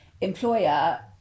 employer